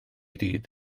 ddydd